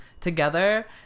together